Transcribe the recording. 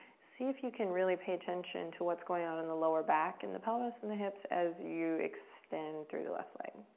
see if you can really pay attention to what's going on in the lower back, in the pelvis, in the hips as you extend through the left leg.